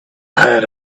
had